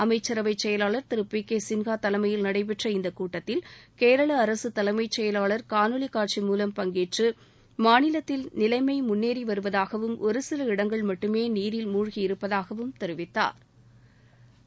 அமைச்சரவை செயலாளர் திரு பி கே சின்ஹா தலைமையில் நடைபெற்ற இந்தக் கூட்டத்தில் கேரள அரசு தலைமைச் செயலாளர் காணொலி காட்சி மூலம் பங்கேற்று மாநிலத்தில் நிலைமை முன்னேறி வருவதாகவும் ஒரு சில இடங்கள் மட்டுமே நீரில் மூழ்கி இருப்பதாகவும் தெரிவித்தாா்